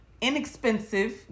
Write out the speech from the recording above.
inexpensive